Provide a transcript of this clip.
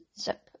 zip